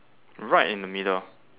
right in the middle